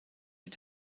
mit